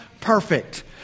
perfect